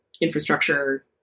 infrastructure